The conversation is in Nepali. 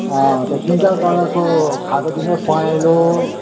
त्यो तिन चार कलरको खालको दिनुहोस् पहेँलो